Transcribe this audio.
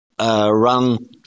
run